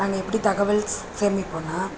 நாங்கள் எப்படி தகவல் சேமிப்போம்னா